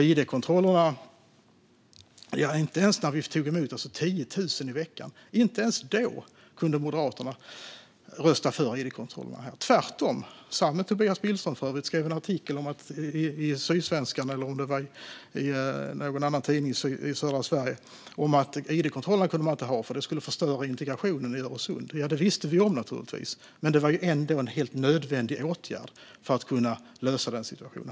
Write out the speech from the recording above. Inte ens när vi tog emot 10 000 i veckan kunde Moderaterna rösta för id-kontrollerna. Tvärtom skrev man - samme Tobias Billström, för övrigt - en artikel i Sydsvenskan, eller om det var i någon annan tidning i södra Sverige, om att Sverige inte kunde ha id-kontroller därför att det skulle förstöra integrationen i Öresund. Ja, det visste vi naturligtvis om, men det var ändå en helt nödvändig åtgärd för att lösa situationen.